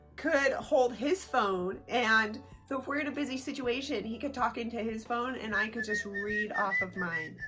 could hold his phone and so if we're in a busy situation, he could talk into his phone and i could just read off of mine.